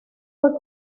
fue